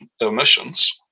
emissions